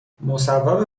مصوب